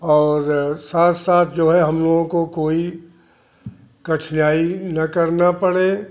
और साथ साथ जो है हम लोगों को कोई कठिनाई ना आ पड़े